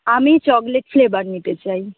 আমি chocolate flavour নিতে চাই